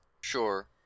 Sure